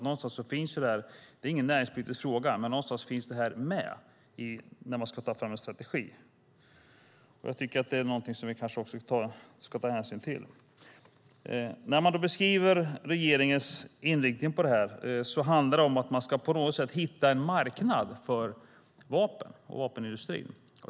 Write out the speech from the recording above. Det är ingen näringspolitisk fråga, men någonstans finns det med när man ska ta fram en strategi. Jag tycker att det är någonting som vi ska ta hänsyn till. När man beskriver regeringens inriktning i det här handlar det om att på något sätt hitta en marknad för vapen och vapenindustrin.